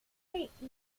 setzte